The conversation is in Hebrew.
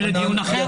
זה לדיון אחר.